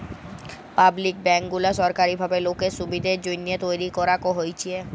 public bank গুলা সরকারি ভাবে লোকের সুবিধের জন্যহে তৈরী করাক হয়েছে